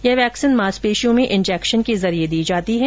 यह वैक्सीन मांसपेशियों में इंजेक्शन के जरिए दी जाती है